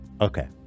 Okay